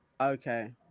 Okay